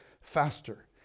faster